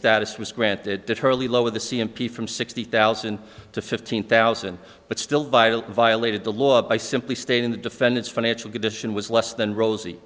status was granted to charlie lower the c and p from sixty thousand to fifteen thousand but still vital violated the law by simply stating the defendant's financial condition was less than rosy